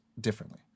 differently